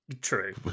True